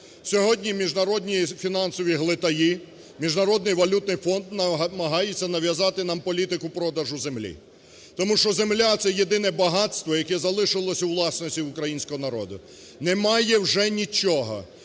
Сьогодні міжнародні фінансові глитаї, Міжнародний валютний фонд намагається нав'язати нам політику продажу землі. Тому що земля – це єдине багатство, яке залишилося у власності українського народу. Немає вже нічого,